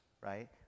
right